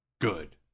Good